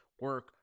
Work